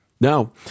Now